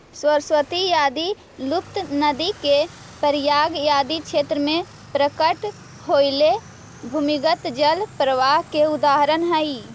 सरस्वती आदि लुप्त नदि के प्रयाग आदि क्षेत्र में प्रकट होएला भूमिगत जल प्रवाह के उदाहरण हई